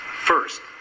First